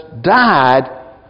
died